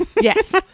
Yes